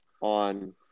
on